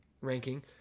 ranking